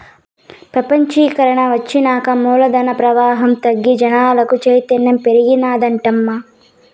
పెపంచీకరన ఒచ్చినాక మూలధన ప్రవాహం తగ్గి జనాలకు చైతన్యం పెరిగినాదటమ్మా